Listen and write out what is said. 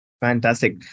fantastic